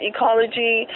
Ecology